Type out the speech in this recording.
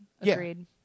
Agreed